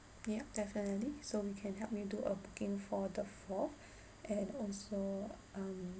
yup definitely so we can help you do a booking for the fourth and also um